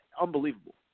Unbelievable